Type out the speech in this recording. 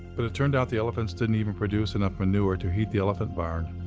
but it turned out the elephants didn't even produce enough manure to heat the elephant barn.